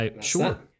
Sure